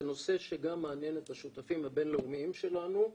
זה נושא שגם מעניין את השותפים הבינלאומיים שלנו,